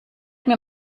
mir